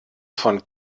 von